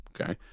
okay